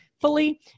fully